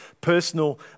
personal